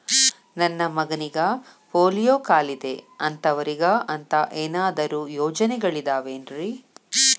ನನ್ನ ಮಗನಿಗ ಪೋಲಿಯೋ ಕಾಲಿದೆ ಅಂತವರಿಗ ಅಂತ ಏನಾದರೂ ಯೋಜನೆಗಳಿದಾವೇನ್ರಿ?